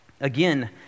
Again